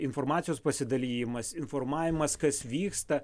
informacijos pasidalijimas informavimas kas vyksta